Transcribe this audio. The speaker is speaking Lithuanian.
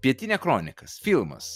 pietinia kronikas filmas